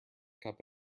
cup